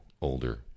older